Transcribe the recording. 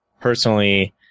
personally